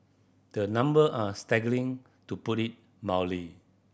the number are staggering to put it mildly